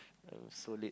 so late